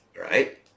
right